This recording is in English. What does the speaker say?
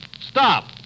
stop